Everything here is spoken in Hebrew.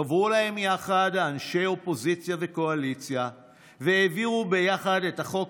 חברו להם יחד אנשי אופוזיציה וקואליציה והעבירו יחד את החוק